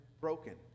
broken